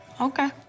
Okay